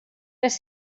les